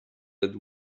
that